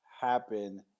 happen